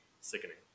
sickening